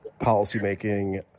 policymaking